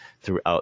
throughout